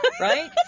Right